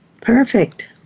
Perfect